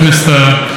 ב-2009,